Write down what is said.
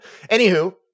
anywho